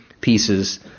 pieces